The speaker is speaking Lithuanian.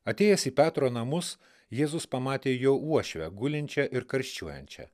atėjęs į petro namus jėzus pamatė jo uošvę gulinčią ir karščiuojančią